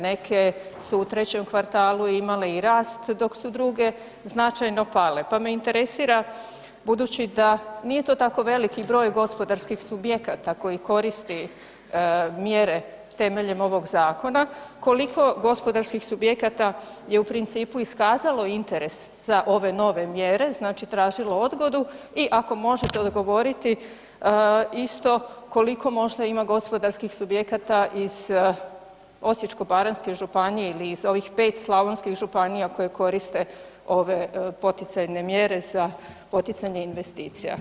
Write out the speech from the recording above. Neke su u 3. kvartalu imale i rast, dok su druge značajno pale, pa me interesira budući da, nije to tako veliki broj gospodarskih subjekata koji koriste mjere temeljem ovog zakona, koliko gospodarskih subjekata je u principu iskazalo interes za ove nove mjere, znači tražilo odgodu i ako možete odgovoriti isto, koliko možda ima gospodarskih subjekata iz Osječko-baranjske županije ili iz ovih 5 slavonskih županija koje koriste ove poticajne mjere za poticanje investicija.